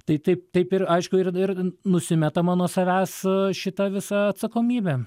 tai taip taip ir aišku ir ir nusimetama nuo savęs šita visa atsakomybė